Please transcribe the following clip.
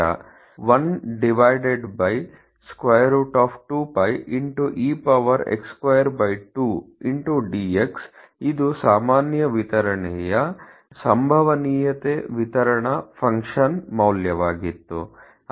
1 divided by ವರ್ಗಮೂಲ 2𝞹 into e power x2 2 ಕ್ಕೆ ಸಮನಾಗಿದೆ f12πe x22dx ಇದು ಸಾಮಾನ್ಯ ವಿತರಣೆಯ ಸಂಭವನೀಯತೆ ವಿತರಣಾ ಫಂಕ್ಷನ್ ಮೌಲ್ಯವಾಗಿತ್ತು